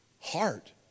heart